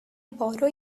borrow